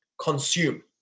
consume